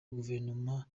guverinoma